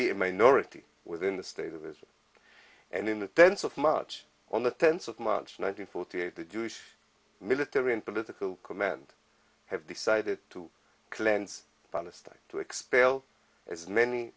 be a minority within the state of israel and in the tense of much on the tense of march nineteenth forty eight the jewish military and political command have decided to cleanse palestine to expel as many